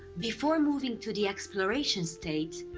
before moving to the exploration state,